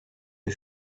you